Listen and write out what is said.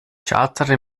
chartere